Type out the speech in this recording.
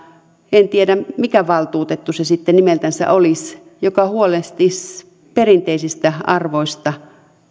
en tiedä mikä valtuutettu se sitten nimeltänsä olisi joka huolehtisi perinteisistä arvoista